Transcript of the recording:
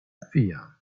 vier